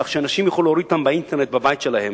כך שאנשים יוכלו להוריד אותם באינטרנט בבית שלהם